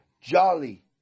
jolly